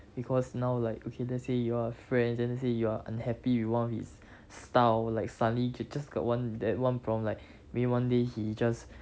because now like okay let's say you all are friends and say you are unhappy with one of his style like suddenly ju~ just got one that one problem like maybe one day he just